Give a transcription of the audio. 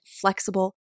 flexible